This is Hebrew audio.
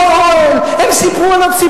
הם לא נישקו את כפות רגליו, הם לא התרפסו, הם לא